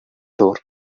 door